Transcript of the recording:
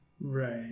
Right